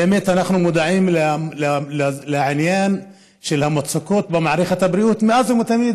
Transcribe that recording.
אנחנו באמת מודעים לעניין של המצוקות במערכת הבריאות מאז ומתמיד.